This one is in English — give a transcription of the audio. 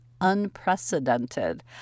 unprecedented